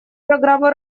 программы